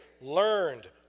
Learned